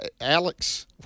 Alex